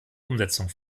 umsetzung